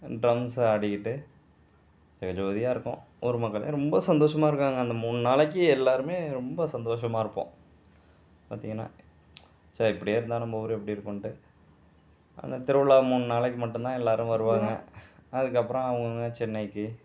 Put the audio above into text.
drums ஆடிக்கிட்டு ஜெகஜோதியாக இருக்கும் ஊர் மக்களே ரொம்ப சந்தோஷமாக இருக்காங்க அந்த மூணு நாளைக்கு எல்லாருமே ரொம்ப சந்தோஷமாக இருப்போம் பார்த்தீங்கனா சே இப்படியே இருந்தால் நம்ம ஊரு எப்படி இருக்குதுன்ட்டு அந்த திருவிழா மூணு நாளைக்கு மட்டும் தான் எல்லாரும் வருவாங்கள் அதுக்கப்புறம் அவங்க அவங்க சென்னைக்கு